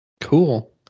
Cool